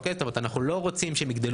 זאת אומרת אנחנו לא רוצים שהם יגדלו